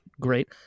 great